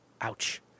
Ouch